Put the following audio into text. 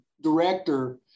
director